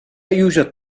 يوجد